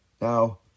Now